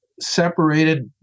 separated